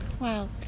Wow